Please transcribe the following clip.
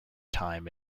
time